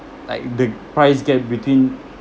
like the price gap between